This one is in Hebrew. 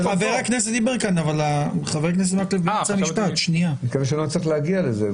אני מקווה שלא נצטרך להגיע לזה.